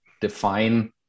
define